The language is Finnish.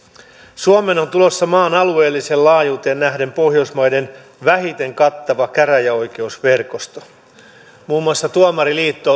suomeen on tulossa maan alueelliseen laajuuteen nähden pohjoismaiden vähiten kattava käräjäoikeusverkosto muun muassa tuomariliitto